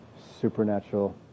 supernatural